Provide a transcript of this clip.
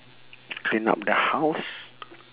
clean up the house